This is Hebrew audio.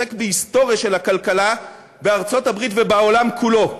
עוסק בהיסטוריה של הכלכלה בארצות-הברית ובעולם כולו.